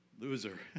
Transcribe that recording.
Loser